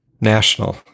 national